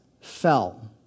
fell